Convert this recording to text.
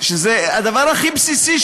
שזה הדבר הכי בסיסי,